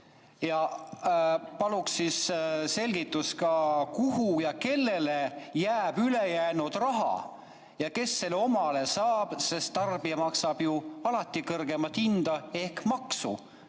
Ja paluksin selgitust ka, kuhu ja kellele jääb ülejäänud raha ja kes selle omale saab, sest tarbija maksab ju alati kõrgemat hinda ehk maksu,